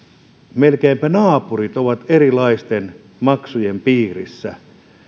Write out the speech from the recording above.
melkeinpä naapurit ovat erilaisten maksujen piirissä